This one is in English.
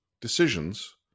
decisions